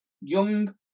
young